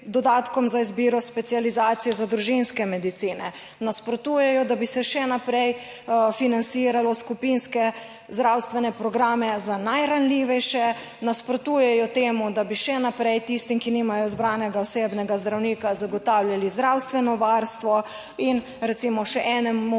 za izbiro specializacije za družinske medicine. Nasprotujejo, da bi se še naprej financiralo skupinske zdravstvene programe za najranljivejše, nasprotujejo temu, da bi še naprej tistim, ki nimajo izbranega osebnega zdravnika zagotavljali zdravstveno varstvo in recimo še enemu